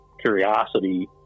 curiosity